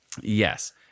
Yes